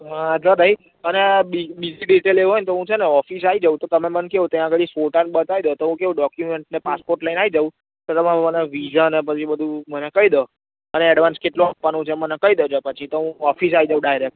હઁ વાંધો નઇ અને બીજી ડેલ એવું હોયને તો હું છે ને ઓફીસ આઈ જાવ તો તમે મને કેવું ત્યાં બધી ફોટામાં બટાઈ ડો તો કેવું ડોક્યુમેન્ટ ને પાસપોર્ટ લઈને આઈ જાવ તમે મને વિઝને બધુ મને કહી દો અને એડવાંન્સ કેટલુ આપવાનું છેઃ મને કહી ડો તો પછી હું ઓફીસ આઈ જાવ ડાઇરેક્ટ